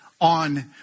on